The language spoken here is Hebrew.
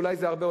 אולי זה הרבה,